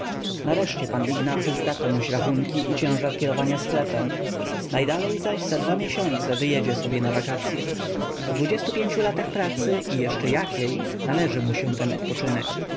nareszcie pan ignacy zda komuś rachunki i ciężar kierowania sklepem najdalej zaś za dwa miesiące wyjedzie sobie na wakacye po latach pracy i jeszcze jakiej należy mu się ten wypoczynek